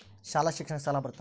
ಶಾಲಾ ಶಿಕ್ಷಣಕ್ಕ ಸಾಲ ಬರುತ್ತಾ?